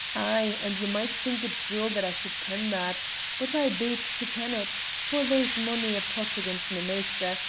ay, and ye might think it droll that i should ken that but i be't to ken it, for there's mony a plot against my maister,